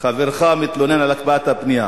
חברך מתלונן על הקפאת הבנייה.